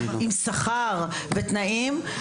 עם שכר ותנאים,